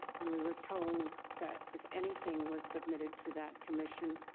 and we were told that if anything was submitted to that commission,